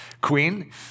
queen